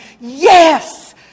yes